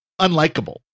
unlikable